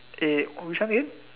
oh which one again